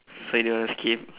so do you wanna skip